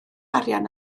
arian